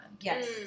Yes